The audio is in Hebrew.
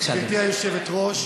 גברתי היושבת-ראש,